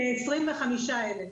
כ-25,000.